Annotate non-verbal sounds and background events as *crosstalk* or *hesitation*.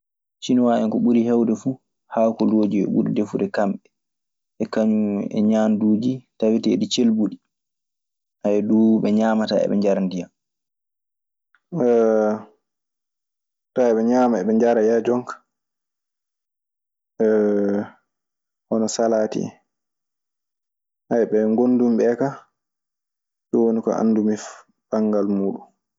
Sinuwaa en ko ɓuri heewde fuu, haakolooji ɓe ɓuri defude kamɓe, e kañun e ñaanduuji taweteeɗi celbuɗi. *hesitation* Ɓe ñaamataa eɓe njara ndiyan. *hesitation* tawan eɓe ñaama eɓe njara ya jonka *hesitation* hono salaati en. Aya ɓee ngondumi ɓe ka, ɗun woni ko andumi banngal muuɗun.